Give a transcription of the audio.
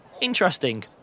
interesting